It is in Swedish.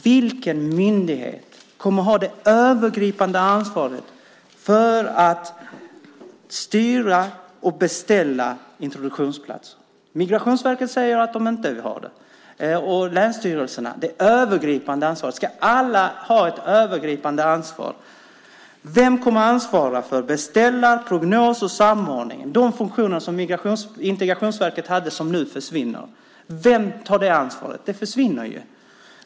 Vilken myndighet kommer att ha det övergripande ansvaret för att styra och beställa introduktionsplatser? Migrationsverket säger att de inte vill ha det, och länsstyrelserna. Ska alla ha ett övergripande ansvar? Vem kommer att ansvara för att beställa, för prognos och samordning? Det är de funktioner som Integrationsverket hade och som nu försvinner. Vem tar det ansvaret? Det försvinner ju.